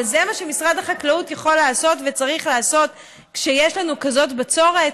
אבל זה מה שמשרד החקלאות יכול לעשות וצריך לעשות כשיש לנו כזאת בצורת?